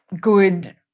good